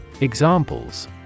Examples